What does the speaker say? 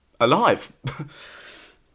alive